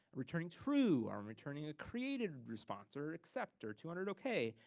returning true or returning a created response or accept or two hundred okay.